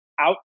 out